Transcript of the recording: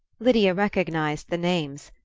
lydia recognized the names.